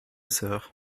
sœur